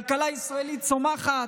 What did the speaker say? כלכלה ישראלית צומחת,